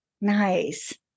Nice